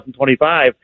2025